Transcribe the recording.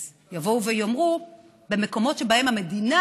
אז יבואו ויאמרו: במקומות שבהם המדינה